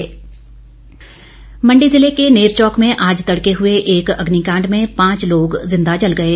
अग्निकांड मंडी जिले के नेरचौक में आज तड़के हुए एक अग्निकांड में पांच लोग जिंदा जल गए